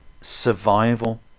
survival